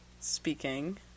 speaking